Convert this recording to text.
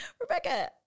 Rebecca